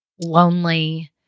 lonely